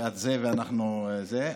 שאת זה ואנחנו זה,